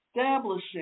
establishing